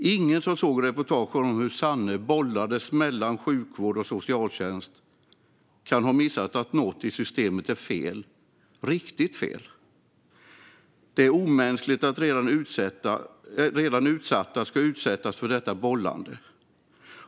Ingen som såg reportaget om hur Sanne bollades mellan sjukvård och socialtjänst kan ha missat att något i systemet är riktigt fel. Det är omänskligt att redan utsatta ska utsättas för detta bollande.